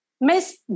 Miss